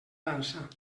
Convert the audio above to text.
dansa